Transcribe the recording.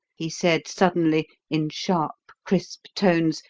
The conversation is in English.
he said suddenly, in sharp, crisp tones,